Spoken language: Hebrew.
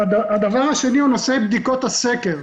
הדבר השני הוא נושא בדיקות הסקר.